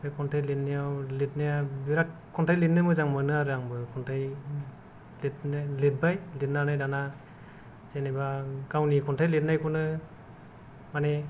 बे खन्थाइ लिरनायाव लिरनाया बिराथ खन्थाइ लिरनो मोजां मोनो आरो आंबो खन्थाइ बिदिनो लिरबाय लिरनानै दाना जेनेबा गावनि खन्थाइ लिरनायखौनो माने